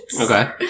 Okay